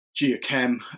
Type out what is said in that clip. geochem